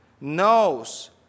knows